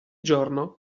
giorno